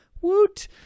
Woot